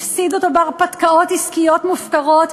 הפסיד אותו בהרפתקאות עסקיות מופקרות,